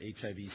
HIV